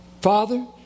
father